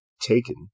taken